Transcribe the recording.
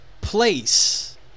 place